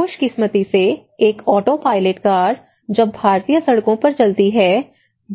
ख़ुशकिस्मती से एक autopilot car जब भारतीय सड़कों पर चलती है